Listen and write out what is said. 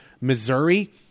Missouri